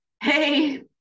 hey